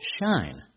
shine